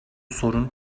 sorun